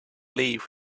leave